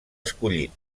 escollit